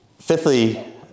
Fifthly